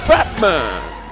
Batman